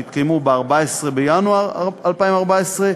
שהתקיימו ב-14 בינואר 2014,